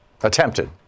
Attempted